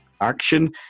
Action